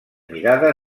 mirada